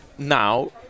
now